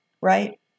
right